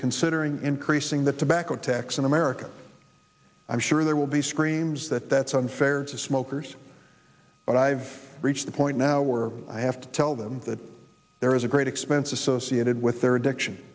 considering increasing the tobacco tax in america i'm sure there will be screams that that's unfair to smokers but i've reached the point now where i have to tell them that there is a great expense associated with their addiction